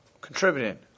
contributing